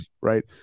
right